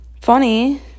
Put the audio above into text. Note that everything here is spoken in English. funny